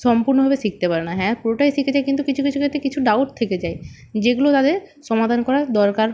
সম্পূর্ণভাবে শিখতে পারে না হ্যাঁ পুরোটাই শিখে যায় কিন্তু কিছু কিছু ক্ষেত্রে কিছু ডাউট থেকে যায় যেগুলো তাদের সমাধান করা দরকার